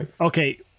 Okay